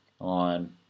on